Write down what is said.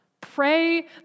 pray